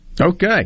Okay